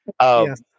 Yes